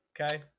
okay